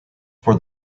for